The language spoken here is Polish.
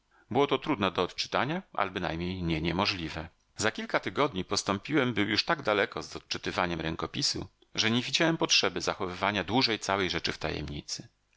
było to trudne do odczytania ale bynajmniej nie niemożliwe za kilka tygodni postąpiłem był już tak daleko z odczytywaniem rękopisu że nie widziałem potrzeby zachowywania dłużej całej rzeczy w tajemnicy